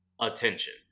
attention